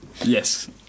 Yes